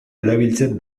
erabiltzen